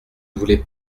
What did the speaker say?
voulais